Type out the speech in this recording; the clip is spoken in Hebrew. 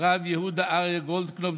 הרב יהודה אריה גולדקנופ,